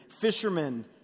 fishermen